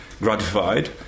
gratified